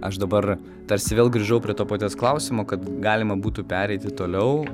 aš dabar tarsi vėl grįžau prie to paties klausimo kad galima būtų pereiti toliau